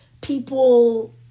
people